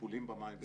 טיפולים במים.